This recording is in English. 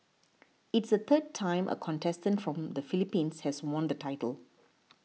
it's the third time a contestant from the Philippines has won the title